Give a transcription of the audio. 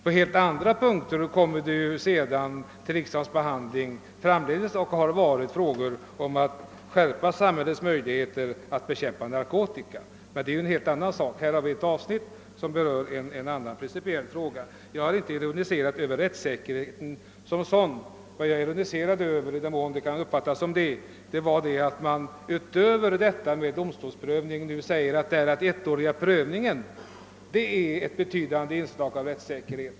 På helt andra punkter kommer riksdagen sedan att få behandla frågor om att skärpa samhällets möjligheter att bekämpa narkotikan, men det är en helt annan sak; det avsnitt vi nu behandlar berör en annan principiell fråga. Jag har inte ironiserat över rättssäkerheten som sådan. Vad jag ironiserade över — i den mån det nu kunde uppfattas som ironi — var att den ettåriga prövotiden anses vara ett betydande inslag av rättssäkerhet.